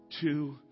two